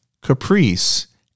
Caprice